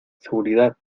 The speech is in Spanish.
seguridad